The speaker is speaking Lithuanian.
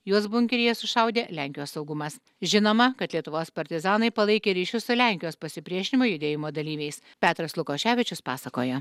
juos bunkeryje sušaudė lenkijos saugumas žinoma kad lietuvos partizanai palaikė ryšius su lenkijos pasipriešinimo judėjimo dalyviais petras lukoševičius pasakoja